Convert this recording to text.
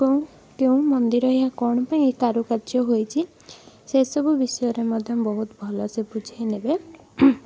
କେଉଁ କେଉଁ ମନ୍ଦିର ଏହା କ'ଣ ପାଇଁ ଏହି କାରୁକାର୍ଯ୍ୟ ହୋଇଛି ସେସବୁ ବିଷୟରେ ମଧ୍ୟ ବହୁତ ଭଲସେ ବୁଝେଇନେବେ